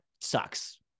sucks